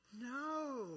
No